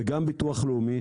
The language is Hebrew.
וגם הביטוח הלאומי.